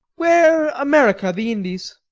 where america, the indies?